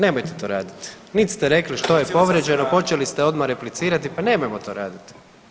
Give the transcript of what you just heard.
Nemojte to radit nit ste rekli što je povrijeđeno, počeli ste odmah replicirati, pa nemojmo to radit.